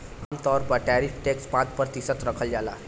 आमतौर पर tariff tax पाँच प्रतिशत राखल जाला